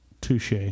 Touche